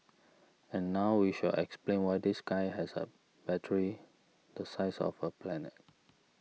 and now we shall explain why this guy has a battery the size of a planet